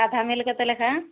ସାଧା ମିଲ୍ କେତେ ଲେଖାଏଁ